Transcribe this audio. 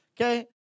okay